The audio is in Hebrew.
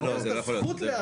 לא, זה לא יכול להיות.